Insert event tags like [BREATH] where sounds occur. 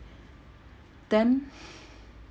then [BREATH]